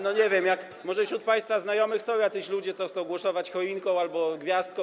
Nie wiem, może wśród państwa znajomych są jacyś ludzie, co chcą głosować choinką albo gwiazdką.